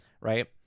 Right